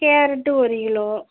carrot ஒரு kilo